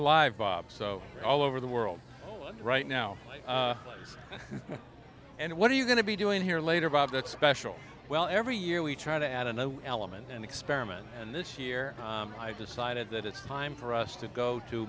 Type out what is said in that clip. live bob so all over the world right now and what are you going to be doing here later bob that's special well every year we try to add another element and experiment and this year i decided that it's time for us to go to